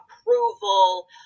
approval